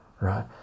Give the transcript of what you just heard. right